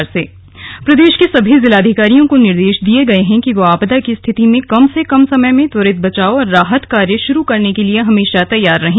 मुख्यमंत्री आपदा प्रदेश के सभी जिलाधिकारियों को निर्देश दिए गए हैं कि वे आपदा की स्थिति में कम से कम समय में त्वरित बचाव और राहत कार्य शुरू करने के लिए हमेशा तैयार रहें